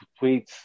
tweets